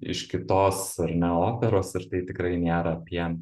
iš kitos ar ne operos ir tai tikrai nėra apie